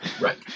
Right